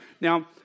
Now